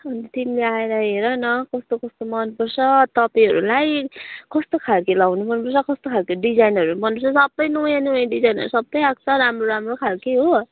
त्यहीँनिर आएर हेर न कस्तो कस्तो मनपर्छ तपाईँहरूलाई कस्तो खालके लगाउनु मनपर्छ कस्तो खालको डिजाइनहरू मनपर्छ सबै नयाँ नयाँ डिजाइनहरू सबै आएको छ राम्रो राम्रो खालके हो